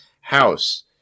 house